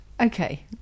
Okay